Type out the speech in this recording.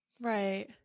Right